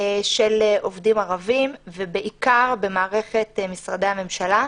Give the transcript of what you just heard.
של עובדים ערבים ובעיקר במערכת משרדי הממשלה.